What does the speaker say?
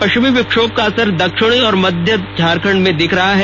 पष्विमी विछोभ का असर दक्षिणी और मध्य झारखंड मे दिख रहा है